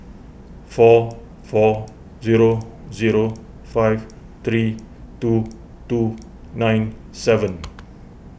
four four zero zero five three two two nine seven